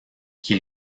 qui